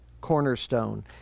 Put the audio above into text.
cornerstone